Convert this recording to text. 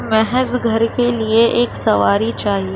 محض گھر کے لئے ایک سواری چاہیے